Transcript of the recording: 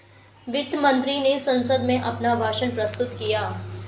वित्त मंत्री ने संसद में अपना भाषण प्रस्तुत किया